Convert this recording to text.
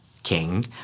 King